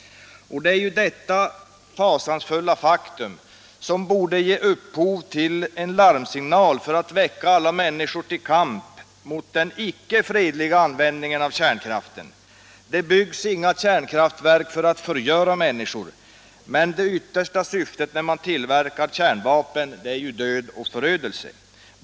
Detta fasansfulla faktum borde vara en larmsignal, som väckte alla människor till kamp mot den icke fredliga användningen av kärnkraften. Det byggs inga kärnkraftverk för att förgöra människor, men det yttersta syftet när man tillverkar kärnvapen är död och förgörelse.